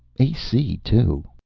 ac, too.